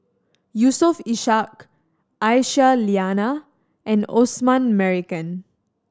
Yusof Ishak Aisyah Lyana and Osman Merican